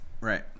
Right